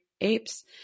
apes